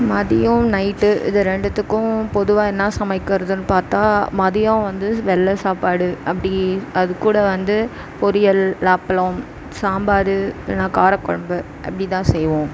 மதியம் நைட்டு இது ரெண்டுத்துக்கும் பொதுவாக என்ன சமைக்கிறதுன்னு பார்த்தா மதியம் வந்து வெள்ளை சாப்பாடு அப்படி அதுக்கூட வந்து பொரியல் இல்லை அப்பளம் சாம்பார் இல்லைன்னா கார குழம்பு அப்படிதான் செய்வோம்